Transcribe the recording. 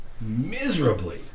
Miserably